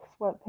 sweatpants